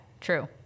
true